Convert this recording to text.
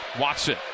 Watson